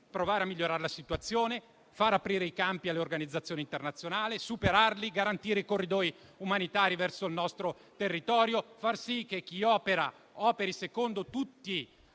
provare a migliorare la situazione, far aprire i campi di detenzione alle organizzazioni internazionali, superarli, garantire i corridoi umanitari verso il nostro territorio, far sì che chi opera lo faccia secondo tutti i